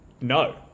no